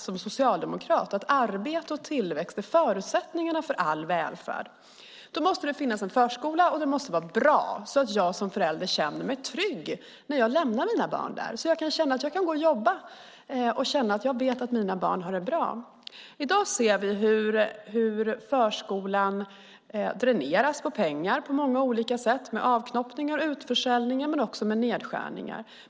Som socialdemokrat vet jag att arbete och tillväxt är förutsättningarna för all välfärd. Då måste det finnas en förskola. Denna måste vara bra så att jag som förälder känner mig trygg när jag lämnar mina barn där och så att jag kan känna att jag kan gå till jobbet i vetskap om att mina barn har det bra. I dag ser vi hur förskolan på många olika sätt dräneras på pengar - genom avknoppningar, utförsäljningar och också nedskärningar.